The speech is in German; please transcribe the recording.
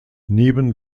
neben